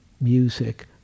music